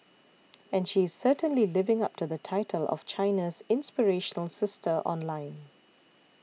and she is certainly living up to the title of China's inspirational sister online